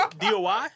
DOI